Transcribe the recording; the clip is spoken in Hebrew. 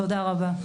תודה רבה.